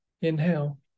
inhale